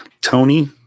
Tony